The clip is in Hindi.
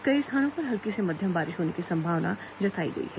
कई स्थानों पर हल्की से मध्यम बारिश होने की संभावना जताई गई है